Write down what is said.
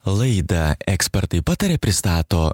laidą ekspertai pataria pristato